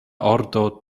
ordo